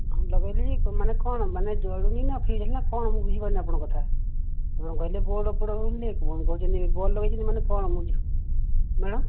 ହଁ ଲଗେଇଲିଣି କ ମାନେ କ'ଣ ମାନେ ଜଳୁନିନା ଫ୍ୟୁଜ୍ ହେଲା କ'ଣ ମୁଁ ବୁଝି ପାରୁନି ଆପଣଙ୍କ କଥା ଆପଣ କହିଲେ ବୋର୍ଡ଼ ଫୋଡ଼୍ ବୋଲି ପୁଣି କହୁଛନ୍ତି ବଲ୍ବ୍ ଲଗେଇଛନ୍ତି ମାନେ କ'ଣ ମୁଁ କିଛି ମ୍ୟାଡ଼ାମ୍